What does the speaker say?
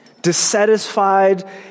Dissatisfied